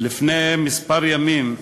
לפני מספר ימים,